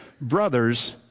Brothers